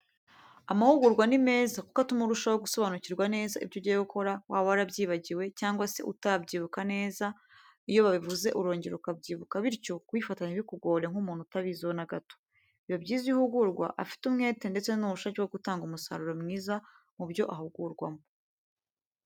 Amahugurwa ni meza kuko atuma urushaho gusobanukirwa neza ibyo ugiye gukora waba warabyibagiwe cyangwa se utakibyibuka neza iyo babivuze urongera ukabyibuka bityo kubifata ntibikugore nk'umuntu utabiziho na gato. Biba byiza iyo uhugurwa afite umwete ndetse n'ubushake bwo gutanga umusaruro mwiza mu byo ahugurwamo.